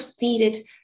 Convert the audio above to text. needed